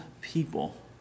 people